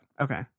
okay